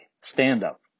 stand-up